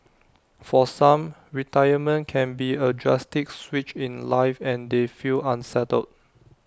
for some retirement can be A drastic switch in life and they feel unsettled